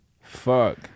Fuck